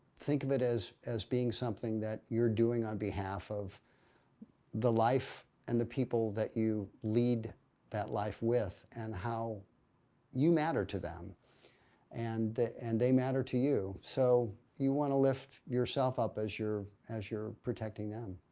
think of it is as being something that you're doing on behalf of the life and the people that you lead that life with and how you matter to them and and they matter to you, so you want to lift yourself up as you're as you're protecting them.